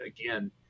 again